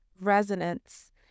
resonance